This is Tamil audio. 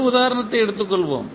ஒரு உதாரணத்தை எடுத்துக் கொள்வோம்